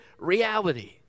reality